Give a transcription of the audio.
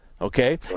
okay